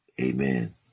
Amen